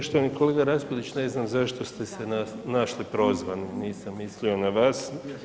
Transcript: Poštovani kolega RAspudić ne znam zašto ste se našli prozvanim, nisam mislio na vas.